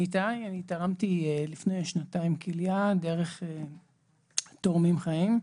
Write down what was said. אני תרמתי כליה לפני שנתיים דרך תורמים חיים.